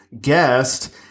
guest